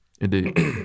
Indeed